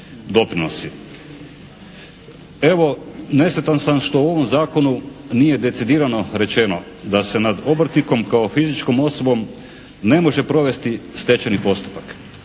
doprinosi. Evo nesretan sam što u ovom Zakonu nije decidirano rečeno da se nad obrtnikom kao fizičkom osobom ne može provesti stečajni postupak